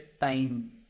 time